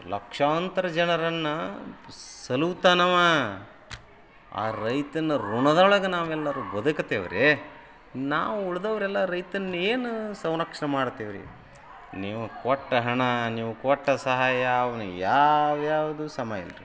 ಲಕ್ಷಾಂತರ ಜನರನ್ನು ಸಲಹುತಾನೆ ಅವ ಆ ರೈತನ ಋಣದೊಳಗೆ ನಾವೆಲ್ಲರೂ ಬದುಕುತ್ತೇವ್ರಿ ನಾವು ಉಳಿದವ್ರೆಲ್ಲ ರೈತನ್ನ ಏನು ಸಂರಕ್ಷಣೆ ಮಾಡ್ತೇವ್ರಿ ನೀವು ಕೊಟ್ಟ ಹಣ ನೀವು ಕೊಟ್ಟ ಸಹಾಯ ಅವ್ನಿಗೆ ಯಾವ ಯಾವ್ದೂ ಸಮ ಇಲ್ಲ ರೀ